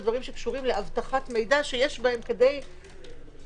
בדברים שקשורים לאבטחת מידע שיש בהם כדי לסכן,